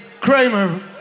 Kramer